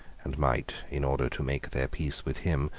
and might, in order to make their peace with him,